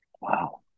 Wow